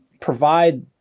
provide